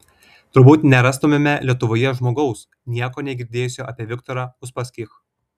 turbūt nerastumėme lietuvoje žmogaus nieko negirdėjusio apie viktorą uspaskich